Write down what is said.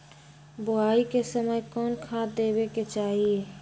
बोआई के समय कौन खाद देवे के चाही?